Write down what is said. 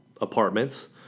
apartments